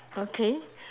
okay